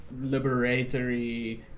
liberatory